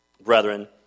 Brethren